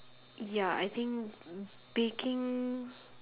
ya I think baking